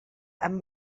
amb